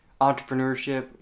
entrepreneurship